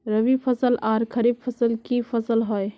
रवि फसल आर खरीफ फसल की फसल होय?